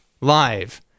live